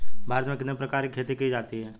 भारत में कितने प्रकार की खेती की जाती हैं?